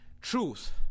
Truth